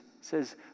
says